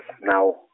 now